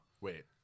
Wait